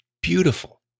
beautiful